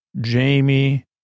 Jamie